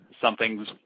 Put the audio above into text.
Something's